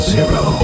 Zero